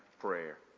prayer